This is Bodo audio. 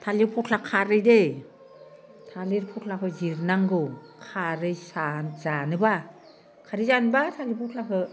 थालिर फस्ला खारै दै थालिर फस्लाखौ जिरनांगौ खारै जानोब्ला खारै जानोब्ला थालिर फस्लाखौ